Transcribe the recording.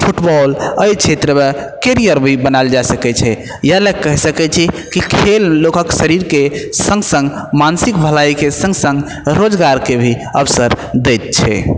football क्षेत्रमे career भी बनायल जा सकै छइ इएह लए कहि सकै छी खेल लोकक शरीरके सङ्ग सङ्ग मानसिक भलाइके सङ्ग सङ्ग रोजगारके भी अवसर दैत छै